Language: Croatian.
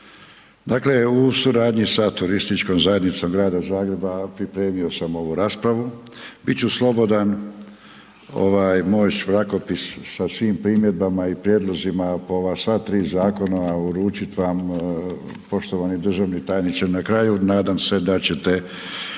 Dakle u suradnji sa TZ-om grada Zagreba pripremio sam ovu raspravu, bit ću slobodan, moj šrakopis sa svim primjedbama i prijedlozima po ova sva tri zakona uručit vam poštovani državni tajniče na kraju, nadam se da ćete